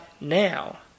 now